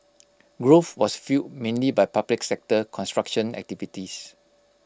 growth was fuelled mainly by public sector construction activities